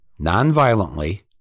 nonviolently